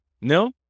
No